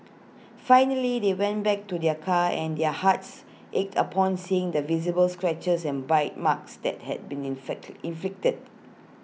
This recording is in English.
finally they went back to their car and their hearts ached upon seeing the visible scratches and bite marks that had been inflected inflicted